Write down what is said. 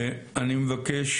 אני מבקש